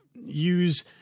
use